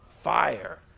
fire